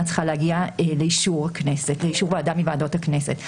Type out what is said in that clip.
צריכה להגיע לאישור ועדה מוועדות הכנסת.